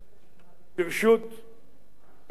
ברשות מזכיר הממשלה